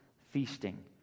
feasting